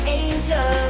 angel